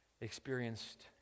experienced